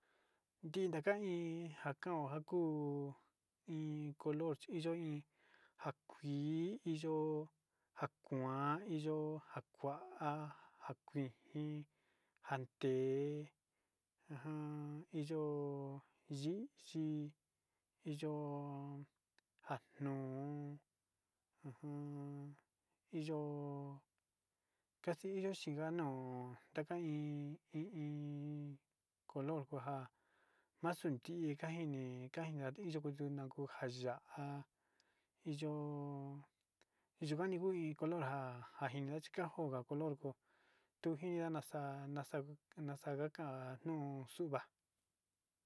In ntaka in kolor chi iyo jakua`a jakuí jatnuu jante jakuija ja kuan.